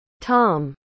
Tom